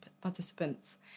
participants